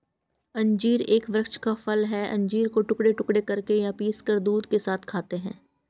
अंजीर एक वृक्ष का फल है और अंजीर को टुकड़े टुकड़े करके या पीसकर दूध के साथ खाते हैं